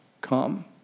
come